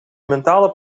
mentale